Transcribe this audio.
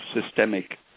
systemic